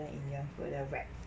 indian food 那个 wrap